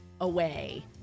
away